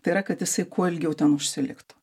tai yra kad jisai kuo ilgiau ten užsiliktų